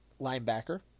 linebacker